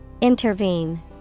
Intervene